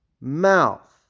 mouth